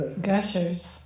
gushers